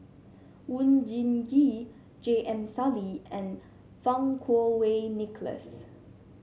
Oon Jin Gee J M Sali and Fang Kuo Wei Nicholas